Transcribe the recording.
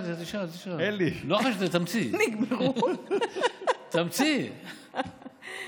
השאלה שלי: בדוח הכנסות המדינה מ-2017 2018 צוין